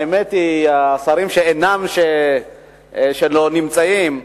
האמת היא, השרים שאינם, שלא נמצאים,